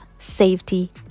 safety